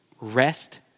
Rest